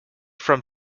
from